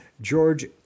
George